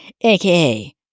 aka